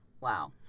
Wow